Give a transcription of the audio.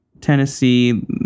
Tennessee